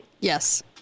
Yes